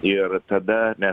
ir tada ne